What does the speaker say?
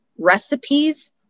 recipes